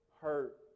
hurt